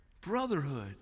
Brotherhood